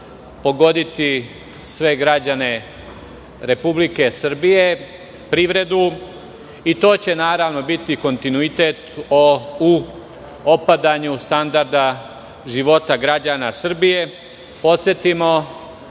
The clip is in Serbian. pogoditi sve građane Republike Srbije, privredu i to će, naravno, biti kontinuitet u opadanju standarda života građana